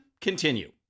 continue